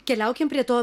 keliaukim prie to